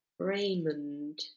Raymond